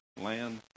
land